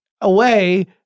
away